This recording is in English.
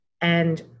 And-